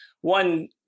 one